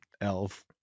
elf